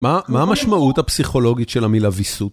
מה המשמעות הפסיכולוגית של המילה ויסות?